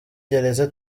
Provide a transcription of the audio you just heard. gereza